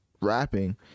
rapping